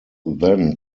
then